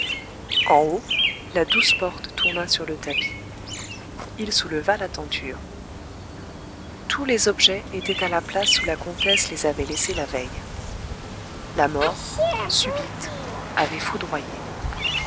en haut la douce porte tourna sur le tapis il souleva la tenture tous les objets étaient à la place où la comtesse les avait laissés la veille la mort subite avait foudroyé